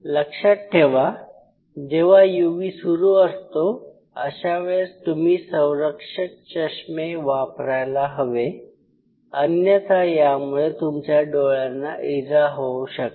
लक्षात ठेवा जेव्हा UV सुरू असतो अशा वेळेस तुम्ही संरक्षक चष्मे वापरायला हवे अन्यथा यामुळे तुमच्या डोळ्यांना इजा होऊ शकते